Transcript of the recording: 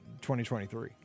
2023